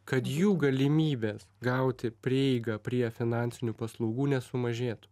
kad jų galimybės gauti prieigą prie finansinių paslaugų nesumažėtų